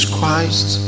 Christ